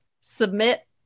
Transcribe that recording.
submit